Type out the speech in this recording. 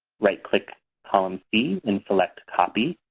right-click column c and select copy,